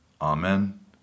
Amen